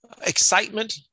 excitement